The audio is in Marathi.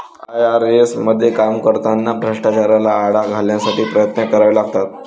आय.आर.एस मध्ये काम करताना भ्रष्टाचाराला आळा घालण्यासाठी प्रयत्न करावे लागतात